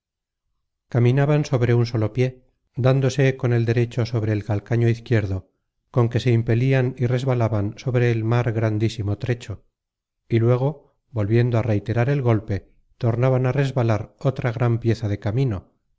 caminaban sobre solo un pié dándose con el derecho sobre el calcaño izquierdo con que se impelian y resbalaban sobre el mar grandísimo trecho y luego vol viendo á reiterar el golpe tornaban á resbalar otra gran pieza de camino